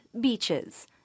beaches